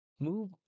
Move